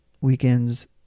weekends